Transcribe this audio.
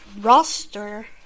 roster